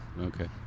Okay